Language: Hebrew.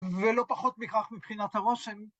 ולא פחות מכך מבחינת הרושם.